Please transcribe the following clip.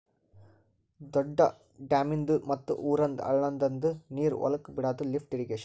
ದೊಡ್ದು ಡ್ಯಾಮಿಂದ್ ಮತ್ತ್ ಊರಂದ್ ಹಳ್ಳದಂದು ನೀರ್ ಹೊಲಕ್ ಬಿಡಾದು ಲಿಫ್ಟ್ ಇರ್ರೀಗೇಷನ್